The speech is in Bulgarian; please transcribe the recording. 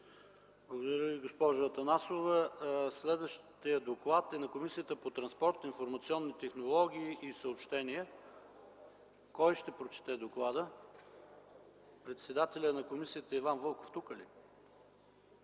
Благодаря Ви, госпожо Атанасова. Следващият доклад е на Комисията по транспорт, информационни технологии и съобщения. Кой ще прочете доклада – председателят на комисията Иван Вълков, някой от